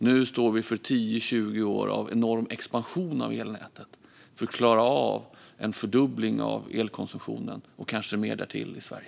Nu står vi inför 10-20 år av enorm expansion av elnätet för att klara av en fördubbling av elkonsumtionen, och kanske mer därtill, i Sverige.